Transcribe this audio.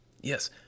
yes